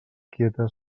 quietes